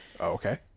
okay